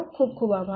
ખુબ ખુબ આભાર